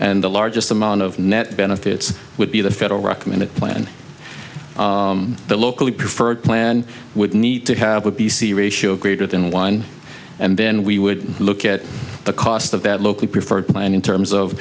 and the largest amount of net benefits would be the federal recommended plan the locally preferred plan would need to have a p c ratio greater than one and then we would look at the cost of that local preferred plan in terms of